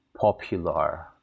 popular